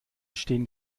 stehen